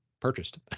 purchased